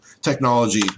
technology